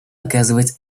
оказывать